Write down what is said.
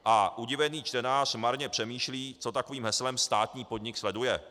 A udivený čtenář marně přemýšlí, co takovým heslem státní podniku sleduje.